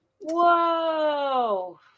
Whoa